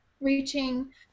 reaching